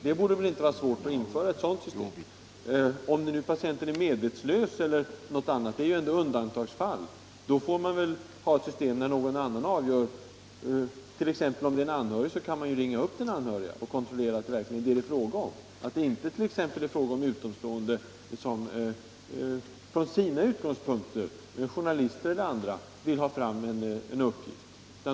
Det borde inte vara svårt att införa ett system där patienten tillfrågas. Om patienten är medvetslös — det hör dock till undantagen — får man acceptera att någon annan avgör. Man kan t.ex. ringa upp de anhöriga och kontrollera att det inte är fråga om utomstående, journalister eller andra, som från sina utgångspunkter vill ha fram en uppgift.